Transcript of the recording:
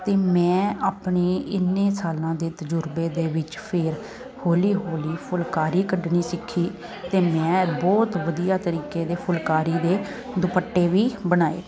ਅਤੇ ਆਪਣੇ ਇੰਨੇ ਸਾਲਾਂ ਦੇ ਤਜੁਰਬੇ ਦੇ ਵਿੱਚ ਫਿਰ ਹੌਲੀ ਹੌਲੀ ਫੁਲਕਾਰੀ ਕੱਢਣੀ ਸਿੱਖੀ ਅਤੇ ਮੈਂ ਬਹੁਤ ਵਧੀਆ ਤਰੀਕੇ ਦੇ ਫੁਲਕਾਰੀ ਦੇ ਦੁਪੱਟੇ ਵੀ ਬਣਾਏ